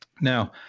Now